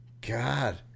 God